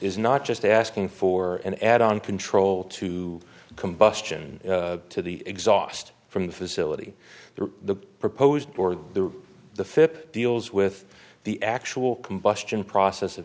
is not just asking for an add on control to the combustion to the exhaust from the facility the proposed or the fip deals with the actual combustion process of